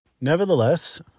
Nevertheless